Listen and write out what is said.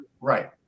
right